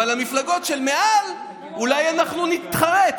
אבל למפלגות של מעל אולי אנחנו נתחרט.